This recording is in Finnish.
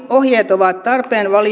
ohjeet ovat tarpeen